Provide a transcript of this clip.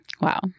Wow